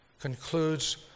concludes